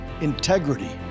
integrity